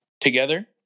together